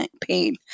pain